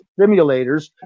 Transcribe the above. simulators